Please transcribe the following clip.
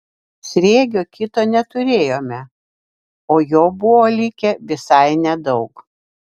sriegio kito neturėjome o jo buvo likę visai nedaug